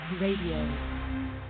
Radio